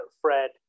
Fred